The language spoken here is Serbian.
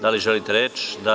Da li želite reč? (Da)